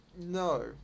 No